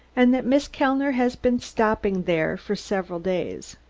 and that miss kellner has been stopping there for several days.